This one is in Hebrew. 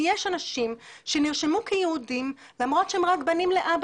ויש אנשים שנרשמו כיהודים למרות שהם רק בנים לאבא